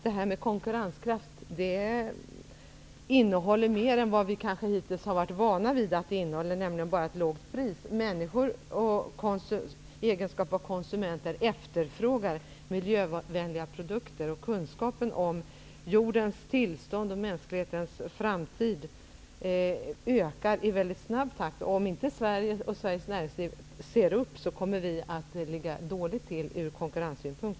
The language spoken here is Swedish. Begreppet konkurrenskraft innehåller mer än vi hittills har varit vana vid, alltså inte bara ett lågt pris. I egenskap av konsumenter efterfrågar människor miljövänliga produkter. Kunskapen om jordens tillstånd och mänsklighetens framtid ökar i väldigt snabb takt. Om inte Sverige och svenskt näringsliv ser upp, kommer vi att ligga dåligt till från konkurrenssynpunkt.